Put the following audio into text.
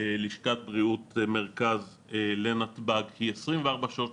לשכת בריאות מרכז לנתב"ג היא 24 שעות,